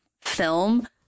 film